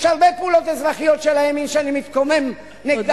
יש הרבה פעולות אזרחיות של הימין שאני מתקומם נגדן,